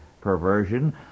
perversion